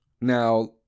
Now